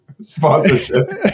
sponsorship